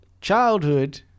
Childhood